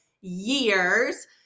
years